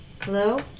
Hello